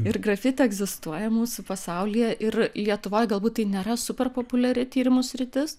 ir grafiti egzistuoja mūsų pasaulyje ir lietuvoj galbūt tai nėra super populiari tyrimų sritis